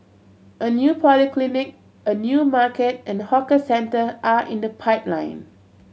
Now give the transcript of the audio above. a new polyclinic a new market and hawker centre are in the pipeline